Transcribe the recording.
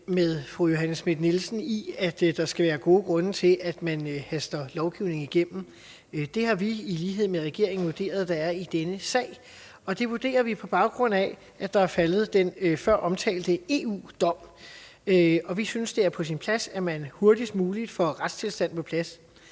med fru Johanne Schmidt-Nielsen i, at der skal være gode grunde til, at man haster lovgivning igennem. Det har vi i lighed med regeringen vurderet at der er i denne sag, og det vurderer vi, på baggrund af at der er faldet den før omtalte EU-dom. Vi synes, det er på sin plads, at man hurtigst muligt får retstilstanden på plads.